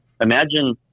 Imagine